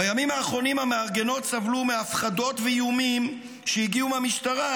בימים האחרונים המארגנות סבלו מהפחדות ואיומים שהגיעו מהמשטרה,